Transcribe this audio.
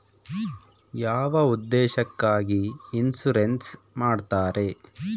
ಯಾವ ಉದ್ದೇಶಕ್ಕಾಗಿ ಇನ್ಸುರೆನ್ಸ್ ಮಾಡ್ತಾರೆ?